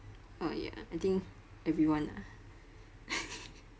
oh ya I think everyone ah